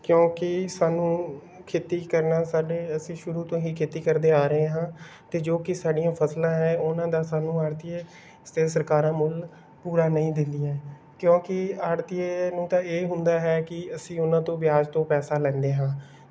ਕਿਉਂਕਿ ਸਾਨੂੰ ਖੇਤੀ ਕਰਨਾ ਸਾਡੇ ਅਸੀਂ ਸ਼ੁਰੂ ਤੋਂ ਹੀ ਖੇਤੀ ਕਰਦੇ ਆ ਰਹੇ ਹਾਂ ਅਤੇ ਜੋ ਕਿ ਸਾਡੀਆਂ ਫਸਲਾਂ ਹੈ ਉਹਨਾਂ ਦਾ ਸਾਨੂੰ ਆੜ੍ਹਤੀਏ ਅਤੇ ਸਰਕਾਰਾਂ ਮੁੱਲ ਪੂਰਾ ਨਹੀਂ ਦਿੰਦੀਆਂ ਕਿਉਂਕਿ ਆੜ੍ਹਤੀਏ ਨੂੰ ਤਾਂ ਇਹ ਹੁੰਦਾ ਹੈ ਕਿ ਅਸੀਂ ਉਹਨਾਂ ਤੋਂ ਵਿਆਜ ਤੋਂ ਪੈਸਾ ਲੈਂਦੇ ਹਾਂ